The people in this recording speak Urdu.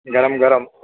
گرم گرم